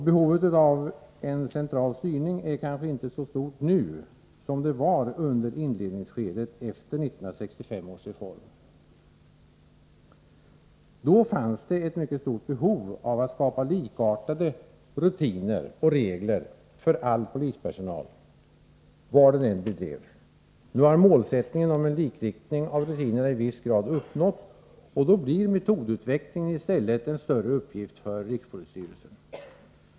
Behovet av en central styrning är kanske inte så stort nu som det var under inledningskedet efter 1965 års reform. Då fanns det ett mycket stort behov av att skapa likartade rutiner och regler för all polispersonal, var verksamheten än bedrevs. Nu har målsättningen om en likriktning av rutinerna i viss grad uppnåtts. Då blir i stället metodutveckling en större uppgift för rikspolisstyrelsen.